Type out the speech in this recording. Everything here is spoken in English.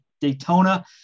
Daytona